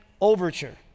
overture